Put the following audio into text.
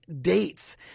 Dates